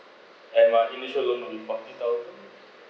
and my initial loan will be fourteen thousand